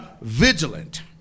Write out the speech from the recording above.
vigilant